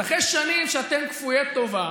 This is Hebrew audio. אז אחרי שנים שאתם כפויי טובה,